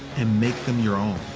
and make them your own.